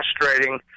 frustrating